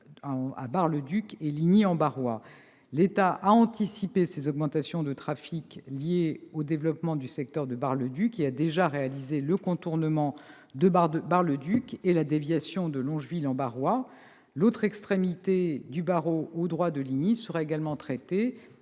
à Bar-le-Duc et Ligny-en-Barrois. L'État a anticipé l'augmentation du trafic liée au développement du secteur de Bar-le-Duc et a déjà réalisé le contournement de la ville et la déviation de Longeville-en-Barrois. L'autre extrémité du barreau, au droit de Ligny-en-Barrois, sera également traitée